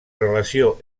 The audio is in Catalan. relació